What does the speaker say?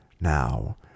Now